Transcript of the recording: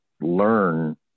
learn